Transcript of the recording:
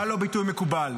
מה לא ביטוי מקובל?